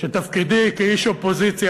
שתפקידי כאיש אופוזיציה,